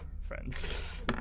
friends